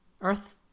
earth